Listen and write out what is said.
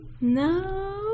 No